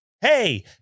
Hey